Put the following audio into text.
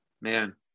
Man